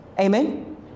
Amen